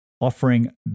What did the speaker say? offering